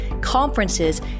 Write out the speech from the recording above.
conferences